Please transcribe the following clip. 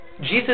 Jesus